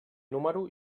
número